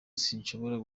sinshobora